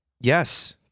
yes